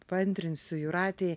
paantrinsiu jūratei